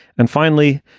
and finally,